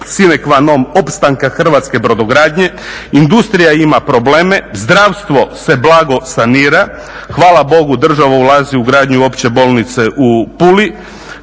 sinekvanom opstanka Hrvatske brodogradnje, industrija ima probleme, zdravstvo se blago sanira, hvala Bogu, država ulazi u gradnju opće bolnice u Puli.